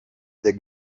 that